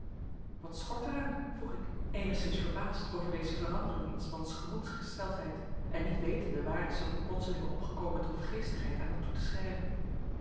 wat schort er aan vroeg ik eenigszins verbaasd over deze verandering in s mans gemoedsgesteldheid en niet wetende waar ik zulk een plotseling opgekomen droefgeestigheid aan had toe te schrijven